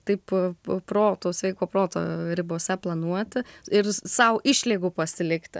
taip proto sveiko proto ribose planuoti ir sau išlygų pasilikti